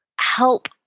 help